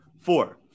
Four